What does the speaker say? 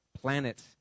planet